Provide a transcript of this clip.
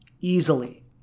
easily